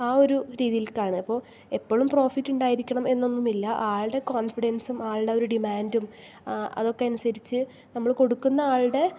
ആ ഒരു രീതിയിലേക്കാണ് അപ്പോൾ എപ്പഴും പ്രോഫിറ്റ് ഉണ്ടായിരിക്കണം എന്നൊന്നും ഇല്ല ആളുടെ കോൺഫിഡൻസും ആളുടെ ഒരു ഡിമാൻഡും അതൊക്കെ അനുസരിച്ച് നമ്മള് കൊടുക്കുന്ന ആളുടെ